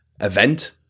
event